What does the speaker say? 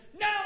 No